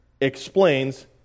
explains